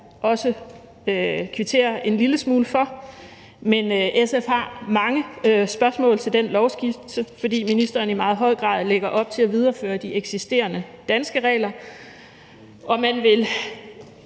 også kvittere en lille smule for. Men SF har mange spørgsmål til den lovskitse, fordi ministeren i meget høj grad lægger op til at videreføre de eksisterende danske regler, og man vil